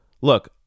look